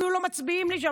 אפילו לא מצביעים לי שם,